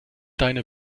deine